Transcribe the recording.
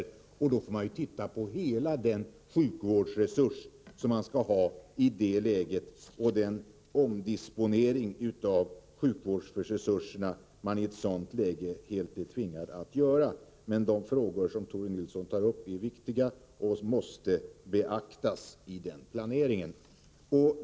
Vi måste i detta sammanhang se på hela den sjukvårdsresurs som vi i det läget behöver och på de omdisponeringar som vi då tvingas göra. De frågor som Tore Nilsson tar upp är viktiga och måste beaktas i planeringen.